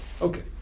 okay